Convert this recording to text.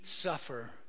suffer